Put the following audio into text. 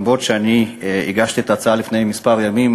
ואומנם אני הגשתי את ההצעה לפני כמה ימים,